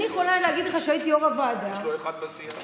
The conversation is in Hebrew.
יש לו אחד בסיעה.